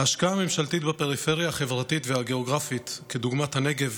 ההשקעה הממשלתית בפריפריה החברתית והגיאוגרפית כדוגמת הנגב,